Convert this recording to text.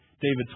David